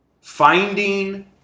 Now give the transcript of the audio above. Finding